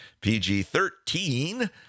PG-13